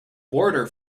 border